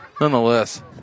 nonetheless